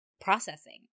processing